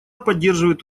поддерживает